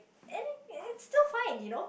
and then it's still fine you know